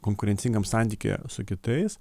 konkurencingam santykyje su kitais